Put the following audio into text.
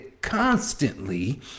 constantly